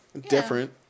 Different